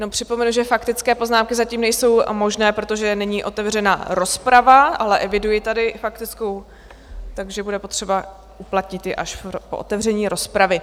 Jenom připomenu, že faktické poznámky zatím nejsou možné, protože není otevřená rozprava, ale eviduji tady faktickou, takže bude potřeba uplatnit ji až po otevření rozpravy.